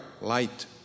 light